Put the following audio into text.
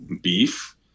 beef